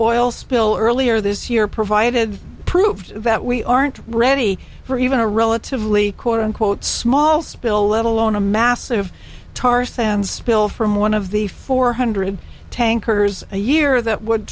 oil spill earlier this year provided proved that we aren't ready for even a relatively quote unquote small spill let alone a massive tar sands spill from one of the four hundred tankers a year that would